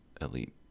elite